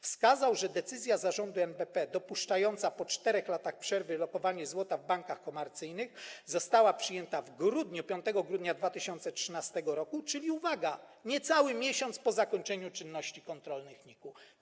Wskazał, że decyzja Zarządu NBP dopuszczająca po 4 latach przerwy lokowanie złota w bankach komercyjnych została przyjęta 5 grudnia 2013 r., czyli, uwaga, niecały miesiąc po zakończeniu czynności kontrolnych NIK-u.